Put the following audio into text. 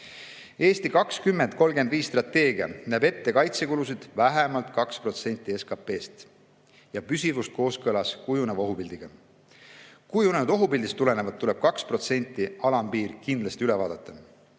"Eesti 2035" strateegia näeb ette kaitsekulusid vähemalt 2% SKP‑st ja nende püsivust kooskõlas kujuneva ohupildiga. Kujunenud ohupildist tulenevalt tuleb 2%‑line alampiir kindlasti üle vaadata.